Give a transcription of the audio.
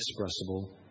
inexpressible